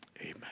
Amen